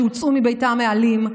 שהוצאו מביתם האלים,